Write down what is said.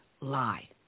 lie